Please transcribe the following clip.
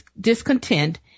discontent